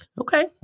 Okay